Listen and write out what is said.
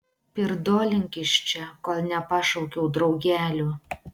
pirdolink iš čia kol nepašaukiau draugelių